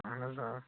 اہن حظ آ